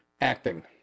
acting